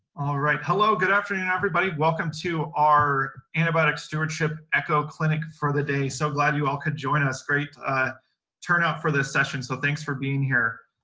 alright, hello! good afternoon, everybody. welcome to our antibiotic stewardship echo clinic for the day. so glad you all could join us. great turnout for this session, so thanks for being here.